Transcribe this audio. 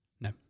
No